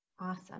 Awesome